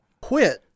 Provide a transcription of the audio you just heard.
quit